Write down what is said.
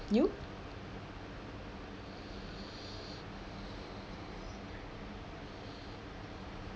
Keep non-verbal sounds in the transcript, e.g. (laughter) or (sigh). you (breath)